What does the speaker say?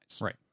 Right